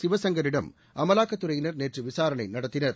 சிவசங்கரிடம் அமலாக்கத்துறையினர் நேற்று விசாரணை நடத்தினர்